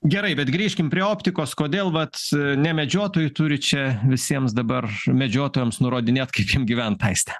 gerai bet grįžkim prie optikos kodėl vat ne medžiotojai turi čia visiems dabar medžiotojams nurodinėt kaip jiem gyvent aiste